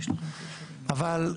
אבל,